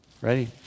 Ready